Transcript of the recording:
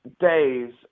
days